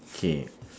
K